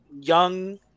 young